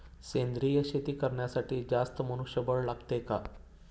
सेंद्रिय शेती करण्यासाठी जास्त मनुष्यबळ लागते का?